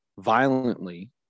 violently